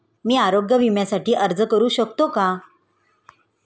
मी आरोग्य विम्यासाठी अर्ज करू शकतो का?